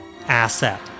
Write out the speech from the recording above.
asset